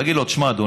ולהגיד לו: אדוני,